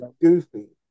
Goofy